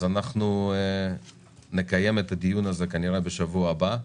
אז אנחנו נקיים את הדיון הזה כנראה בשבוע הבא,